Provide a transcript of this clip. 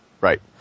Right